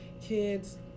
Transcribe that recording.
kids